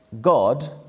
God